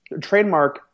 Trademark